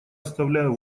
оставляю